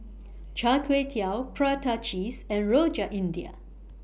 Char Kway Teow Prata Cheese and Rojak India